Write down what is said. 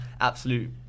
absolute